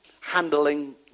handling